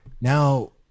now